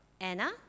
Anna